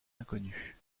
inconnues